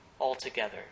altogether